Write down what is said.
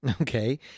Okay